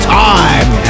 time